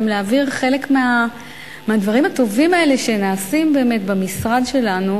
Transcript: להעביר חלק מהדברים הטובים האלה שנעשים באמת במשרד שלנו,